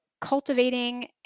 cultivating